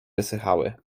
wysychały